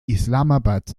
islamabad